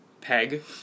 Peg